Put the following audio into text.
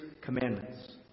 commandments